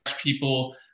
people